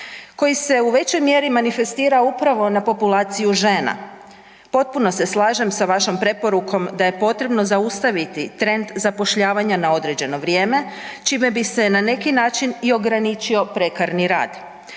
koji se u većoj mjeri manifestira upravo na populaciju žena. Potpuno se slažem sa vašom preporukom da je potrebno zaustaviti trend zapošljavanja na određeno vrijeme čime bi se na neki način i ograničio prekarni rad